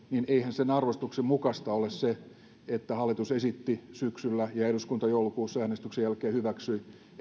sen arvostuksen mukaista ole se että hallitus esitti syksyllä ja eduskunta joulukuussa äänestyksen jälkeen hyväksyi